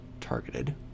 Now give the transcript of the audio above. targeted